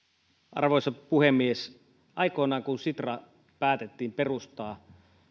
arvoisa puhemies aikoinaan kun sitra päätettiin perustaa